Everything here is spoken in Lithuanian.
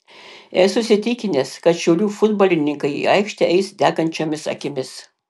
esu įsitikinęs kad šiaulių futbolininkai į aikštę eis degančiomis akimis